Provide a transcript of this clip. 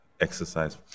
exercise